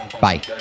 bye